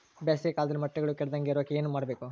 ಬೇಸಿಗೆ ಕಾಲದಲ್ಲಿ ಮೊಟ್ಟೆಗಳು ಕೆಡದಂಗೆ ಇರೋಕೆ ಏನು ಮಾಡಬೇಕು?